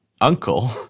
uncle